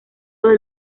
del